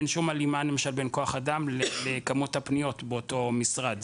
אין שום הלימה למשל בין כוח אדם לכמות הפניות באותו משרד.